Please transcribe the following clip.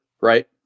right